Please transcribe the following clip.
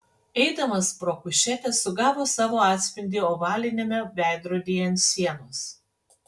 eidamas pro kušetę sugavo savo atspindį ovaliniame veidrodyje ant sienos